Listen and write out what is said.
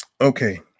Okay